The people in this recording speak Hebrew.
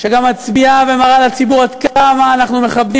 שגם מצביעה ומראה לציבור עד כמה אנחנו מכבדים